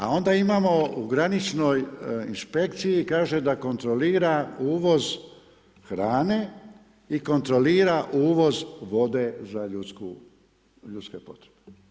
A onda imamo u graničnoj inspekciji kaže da kontrolira uvoz hrane i kontrolira uvoz vode za ljudske potrebe.